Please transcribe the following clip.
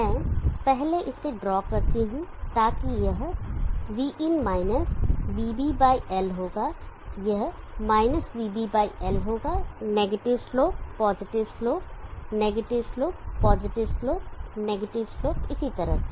मैं पहले इसे ड्रा करता हूं ताकि यह vin minus vin minus vB by L होगा यह -vB by L -vB by L होगा negative slope positive slope negative slope positive slope negative slope इसी तरह से